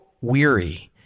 weary